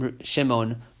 Shimon